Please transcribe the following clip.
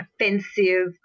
offensive